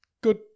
Good